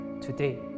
today